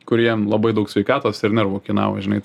kur jiem labai daug sveikatos ir nervų kainavo žinai